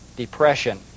Depression